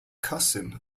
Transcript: cousin